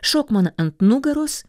šok man ant nugaros